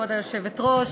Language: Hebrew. כבוד היושבת-ראש,